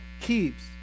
keeps